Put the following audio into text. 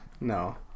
No